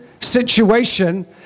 situation